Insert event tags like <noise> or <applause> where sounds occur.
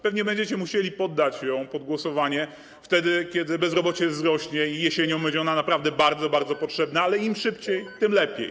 Pewnie będziecie musieli poddać ją pod głosowanie jesienią, kiedy bezrobocie <noise> wzrośnie i będzie ona naprawdę bardzo, bardzo potrzebna, ale im szybciej, tym lepiej.